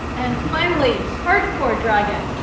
and finally, hardcore dragon.